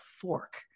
fork